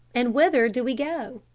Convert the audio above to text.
and whither do we go?